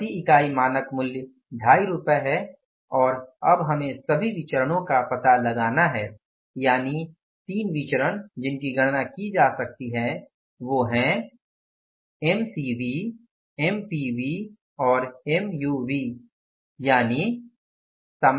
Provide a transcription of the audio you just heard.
प्रति इकाई मानक मूल्य 25 रूपए है और अब हमें सभी विचरणो का पता लगाना है यानि तीन विचरणो जिनकी गणना की जा सकती है वो है एमसीवी एमपीवी और एमयूवी सही है